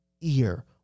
ear